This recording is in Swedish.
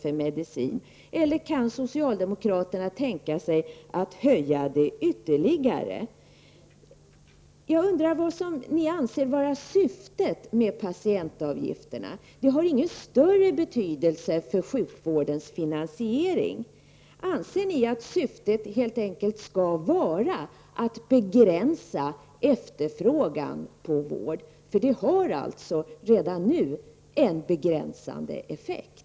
för medicin, eller kan socialdemokraterna tänka sig att höja avgifterna ytterligare? Jag undrar också vad ni anser vara syftet med avgifterna. De har ingen större betydelse för sjukvårdens finansiering. Anser ni att syftet helt enkelt skall vara att begränsa efterfrågan på vård? Avgifterna har redan nu en begränsande effekt.